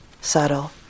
subtle